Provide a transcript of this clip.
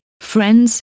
friends